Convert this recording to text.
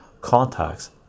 contacts